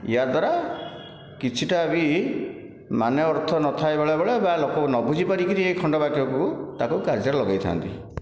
ୟା ଦ୍ଵାରା କିଛିଟା ବି ମାନେ ଅର୍ଥ ନ ଥାଏ ବି ବେଳେବେଳେ ବା ଲୋକ ନ ବୁଝିପାରିକି ଏ ଖଣ୍ଡବାକ୍ୟକୁ ତାକୁ କାର୍ଯ୍ୟରେ ଲଗେଇଥାନ୍ତି